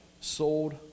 sold